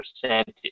percentage